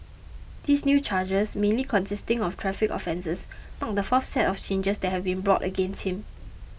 these new charges mainly consisting of traffic offences mark the fourth set of changes that have been brought against him